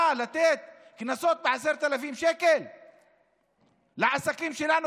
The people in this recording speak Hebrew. לתת קנסות של 10,000 שקלים לעסקים שלנו,